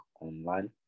online